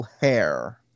hair